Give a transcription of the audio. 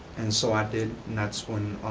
and so i did, and that's when,